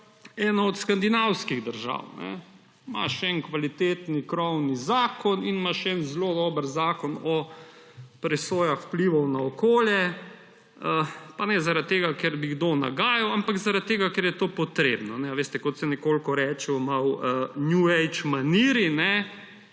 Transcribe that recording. ena od skandinavskih držav. Imaš en kvaliteten krovni zakon in imaš en zelo dober zakon o presojah vplivov na okolje. Pa ne zaradi tega, ker bi kdo nagajal, ampak zaradi tega, ker je to potrebno. Veste, kot se reče malo v new age maniri,